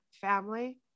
family